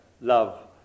love